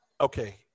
okay